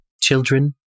children